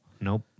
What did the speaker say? Nope